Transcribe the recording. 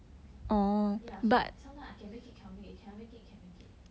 yeah so sometimes I can make it cannot make it cannot make it can make it